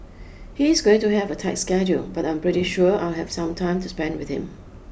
he's going to have a tight schedule but I'm pretty sure I'll have some time to spend with him